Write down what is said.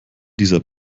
dieser